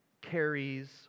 carries